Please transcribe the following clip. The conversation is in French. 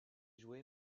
joué